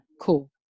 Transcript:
Cool